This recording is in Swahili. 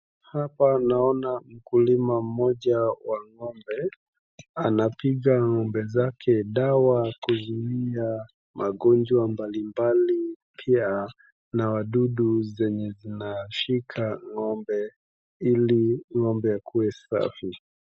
Hapa naona mkulima mmoja wa ngombe. Anapiga ngombe zake dawa kuzuia magonjwa mbalimbali pia na wadudu zenye zinashika ngombe ili ngombe akue safi